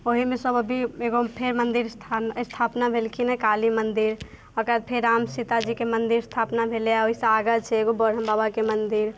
ओहिमे सब अभी फेर एगो मन्दिर स्थान स्ठापना भेलखिनऽ काली मन्दिर ओकरबाद फेर रामसीताजीके मन्दिर स्थापना भेलैया ओहिसँ आगाँ छै एगो ब्रम्ह बाबाके मन्दिर